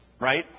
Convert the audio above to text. right